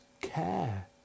care